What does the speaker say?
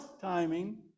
timing